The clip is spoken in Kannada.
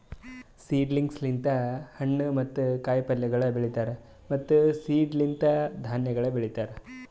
ಸೀಡ್ಲಿಂಗ್ಸ್ ಲಿಂತ್ ಹಣ್ಣು ಮತ್ತ ಕಾಯಿ ಪಲ್ಯಗೊಳ್ ಬೆಳೀತಾರ್ ಮತ್ತ್ ಸೀಡ್ಸ್ ಲಿಂತ್ ಧಾನ್ಯಗೊಳ್ ಬೆಳಿತಾರ್